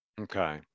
Okay